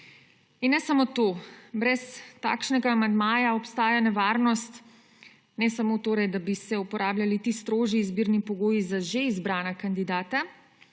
In ne samo to, brez takšnega amandmaja obstaja nevarnost ne samo torej, da bi se uporabljali ti strožji izbirni pogoji za že izbrana kandidata,